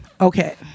okay